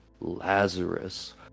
Lazarus